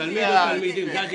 תלמיד או תלמידים זו הדילמה.